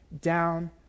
down